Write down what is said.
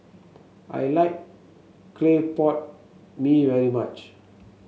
I like Clay Pot Mee very much